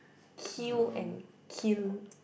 queue and kill